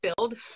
filled